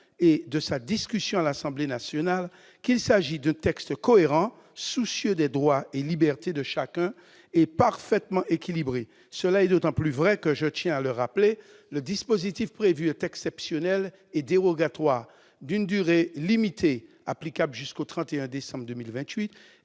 et de sa discussion à l'Assemblée nationale, qu'il s'agit d'un texte cohérent, soucieux des droits et libertés de chacun et parfaitement équilibré. C'est d'autant plus vrai que, je tiens à le rappeler, le dispositif prévu est exceptionnel et dérogatoire, d'une durée limitée, applicable jusqu'au 31 décembre 2028,